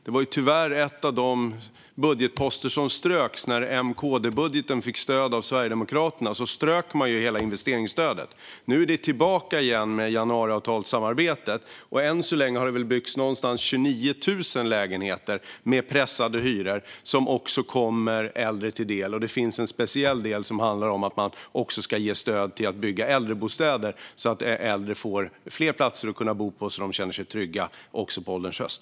Detta var tyvärr en av de budgetposter som ströks när M-KD-budgeten fick stöd av Sverigedemokraterna - man strök hela investeringsstödet. Nu är det tillbaka igen med januariavtalssamarbetet. Än så länge har det väl byggts någonstans runt 29 000 lägenheter med pressade hyror, som även kommer äldre till del. Det finns en speciell del som handlar om att man också ska ge stöd till att bygga äldrebostäder, så att äldre får fler platser att bo på och kan känna sig trygga även på ålderns höst.